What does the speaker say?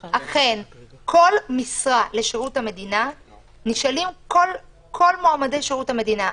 בכל משרה לשירות המדינה נשאלים כל מועמדי שירות המדינה: